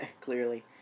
Clearly